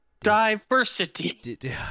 diversity